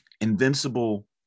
invincible